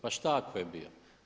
Pa šta ako je bio?